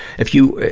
if you,